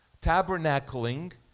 tabernacling